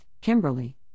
Kimberly